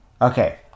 Okay